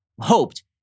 hoped